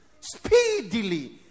Speedily